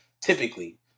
typically